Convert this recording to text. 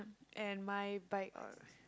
and my bike uh